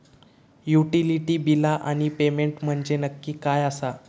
Utility बिला आणि payment म्हंजे नक्की काय आसा?